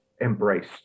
embraced